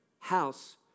house